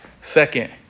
Second